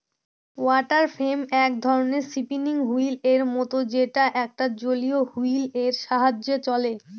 water frame এক ধরনের spinning wheel এর মত যেটা একটা জলীয় হুইল এর সাহায্যে চলে